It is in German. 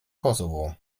kosovo